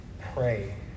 pray